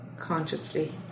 consciously